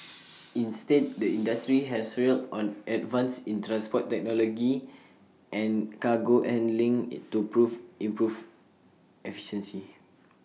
instead the industry has relied on advances in transport technology and cargo handling IT to prove improve efficiency